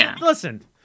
Listen